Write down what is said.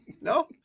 No